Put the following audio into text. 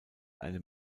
einem